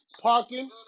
parking